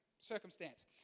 circumstance